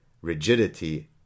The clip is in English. rigidity